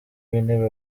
w’intebe